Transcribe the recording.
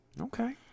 Okay